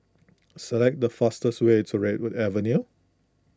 select the fastest way to Redwood Avenue